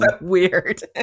weird